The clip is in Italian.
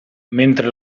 mentre